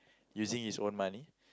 using his own money